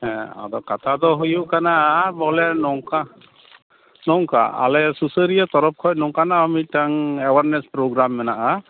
ᱦᱮᱸ ᱟᱫᱚ ᱠᱟᱛᱷᱟ ᱫᱚ ᱦᱩᱭᱩᱜ ᱠᱟᱱᱟ ᱦᱮᱸ ᱵᱚᱞᱮ ᱱᱚᱝᱠᱟ ᱱᱚᱝᱠᱟ ᱟᱞᱮ ᱥᱩᱥᱟᱹᱨᱤᱭᱟᱹ ᱛᱚᱨᱚᱯᱷ ᱠᱷᱚᱱ ᱱᱚᱝᱠᱟᱱᱟ ᱢᱤᱫᱴᱟᱝ ᱮᱣᱟᱨᱱᱮᱹᱥ ᱯᱳᱨᱳᱜᱽᱨᱟᱢ ᱢᱮᱱᱟᱜᱼᱟ